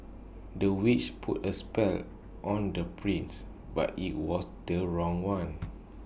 the witch put A spell on the prince but IT was the wrong one